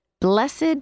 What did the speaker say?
Blessed